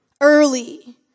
early